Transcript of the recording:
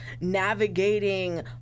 navigating